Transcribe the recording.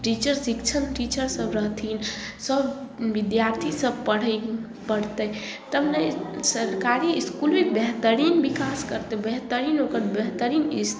teacher शिक्षण teacher सब रहथिन सब बिद्यार्थी सब पढ़ पढ़तै तब ने सरकारी इसकूल भी बेहतरीन विकास करतै बेहतरीन